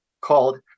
called